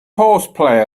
horseplay